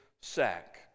sack